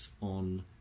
on